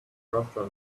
russia